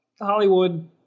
Hollywood